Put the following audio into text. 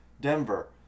Denver